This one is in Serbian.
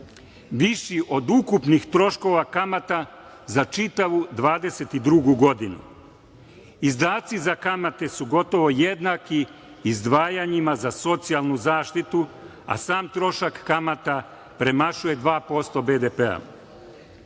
viši od ukupnih troškova kamata za čitavu 2022. godinu. Izdaci za kamate su gotovo jednaki izdvajanjima za socijalnu zaštitu, a sam trošak kamata premašuje 2% BDP.Samo